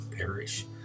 perish